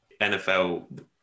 nfl